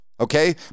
Okay